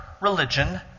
religion